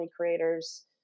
creators